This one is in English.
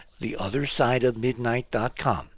theothersideofmidnight.com